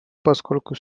поскольку